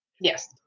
Yes